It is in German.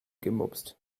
gemopst